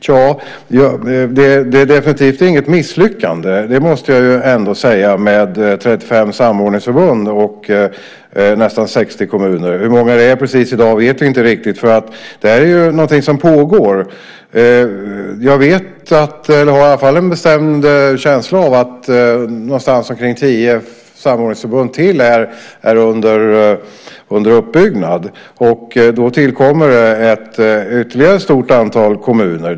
Men det är definitivt inget misslyckande, måste jag ändå säga, med 35 samordningsförbund och nästan 60 kommuner. Exakt hur många det är i dag vet vi inte riktigt. Det här är ju någonting som pågår. Jag har i alla fall en bestämd känsla av att omkring tio samordningsförbund till är under uppbyggnad, och då tillkommer det ytterligare ett stort antal kommuner.